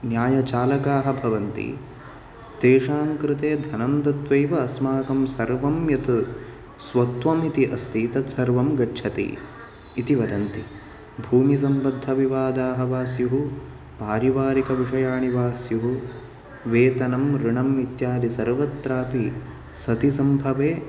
न्यायचालकाः भवन्ति तेषां कृते धनं दत्वैव अस्माकं सर्वं यत् स्वत्वम् इति अस्ति तत् सर्वं गच्छति इति वदन्ति भूमिसम्बद्धविवादाः वा स्युः पारिवारिकविषयाणि वा स्युः वेतनं ऋणम् इत्यादि सर्वत्रापि सति सम्भवे